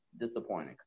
disappointing